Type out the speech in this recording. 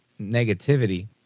negativity